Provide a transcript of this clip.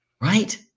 Right